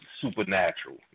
Supernatural